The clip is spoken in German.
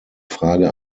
frage